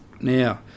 Now